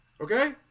Okay